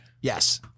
Yes